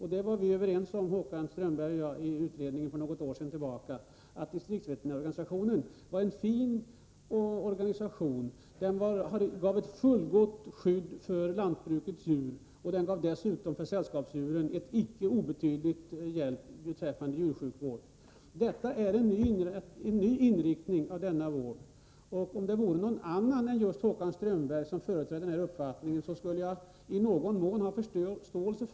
Håkan Strömberg och jag var för något år sedan i utredningen överens om att distriktsveterinärorganisationen var en fin organisation och gav lantbrukets djur ett fullgott skydd och dessutom sällskapsdjur en icke obetydlig hjälp beträffande djursjukvård. Nu föreslås en ny inriktning av denna vård. Om det var någon annan än just Håkan Strömberg som företrädde den här uppfattningen, skulle jag i någon mån ha förståelse.